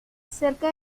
cerca